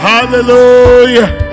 Hallelujah